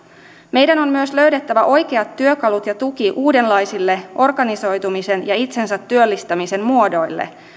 meidän on myös löydettävä oikeat työkalut ja tuki uudenlaisille organisoitumisen ja itsensä työllistämisen muodoille